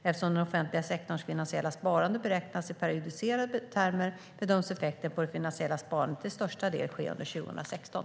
Eftersom den offentliga sektorns finansiella sparande beräknas i periodiserade termer bedöms effekten på det finansiella sparandet till största del ske under 2016.